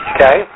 Okay